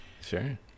sure